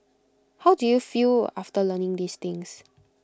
how do you feel after learning these things